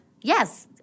Yes